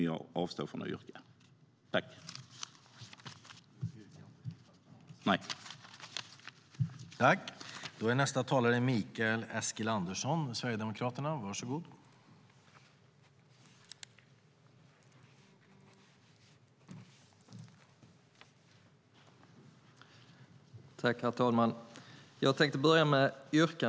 Jag avstår från att yrka på reservationerna.